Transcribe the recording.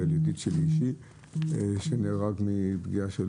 כולל ידיד שלי אישי שנהרג מפגיעה של